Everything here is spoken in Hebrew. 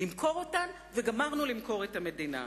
נמכור אותן וגמרנו למכור את המדינה.